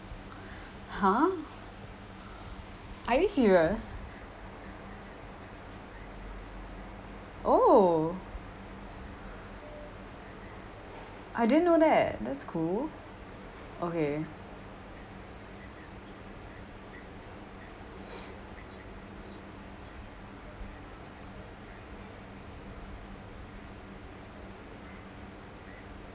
!huh! are you serious oh I didn't know that that's cool okay